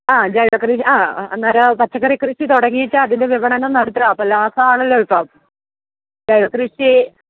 ആ ജൈവകൃ ആ അന്നേരം പച്ചക്കറി കൃഷി തുടങ്ങിയിട്ട് അതിന്റെ വിപണനം നടത്തുക ലാഭമാണല്ലോ ഇപ്പോള് ജൈവകൃഷി